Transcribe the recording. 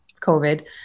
COVID